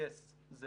BDS זה